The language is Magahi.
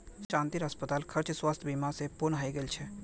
शांतिर अस्पताल खर्च स्वास्थ बीमा स पूर्ण हइ गेल छ